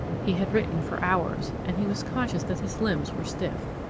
he had written for hours, and he was conscious that his limbs were stiff.